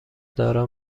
دارا